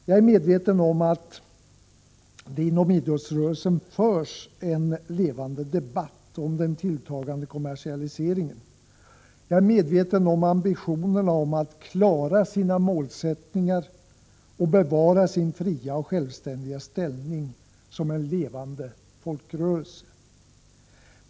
Jag är medveten om att det inom idrottsrörelsen förs en levande debatt om den tilltagande kommersialiseringen. Jag är också medveten om idrottsrörelsens ambitioner att klara sin målsättning och att bevara sin fria och självständiga ställning som en levande folkrörelse.